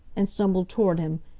and stumbled toward him.